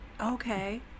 Okay